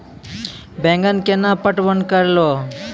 बैंगन केना पटवन करऽ लो?